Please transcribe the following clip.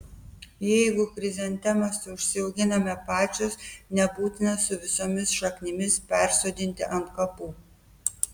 jeigu chrizantemas užsiauginame pačios nebūtina su visomis šaknimis persodinti ant kapų